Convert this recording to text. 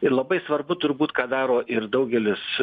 ir labai svarbu turbūt ką daro ir daugelis